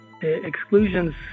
Exclusions